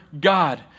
God